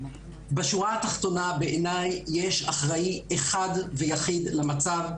בשורה התחתונה: בעיניי יש אחראי אחד ויחיד למצב,